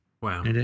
Wow